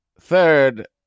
third